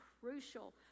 crucial